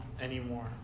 anymore